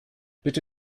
bitte